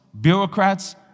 bureaucrats